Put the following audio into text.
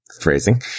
Phrasing